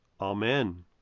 Amen